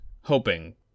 hoping